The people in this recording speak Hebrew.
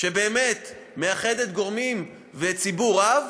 שמאחדת גורמים וציבור רב,